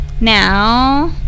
Now